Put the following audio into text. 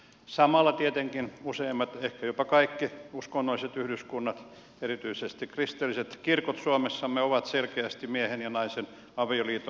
samalla tietenkin useimmat ehkä jopa kaikki uskonnolliset yhdyskunnat erityisesti kristilliset kirkot suomessamme ovat selkeästi miehen ja naisen avioliiton kannalla